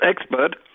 expert